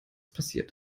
passiert